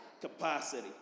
Capacity